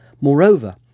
Moreover